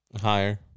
Higher